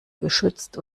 geschützt